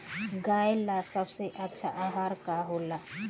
गाय ला सबसे अच्छा आहार का होला?